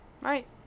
Right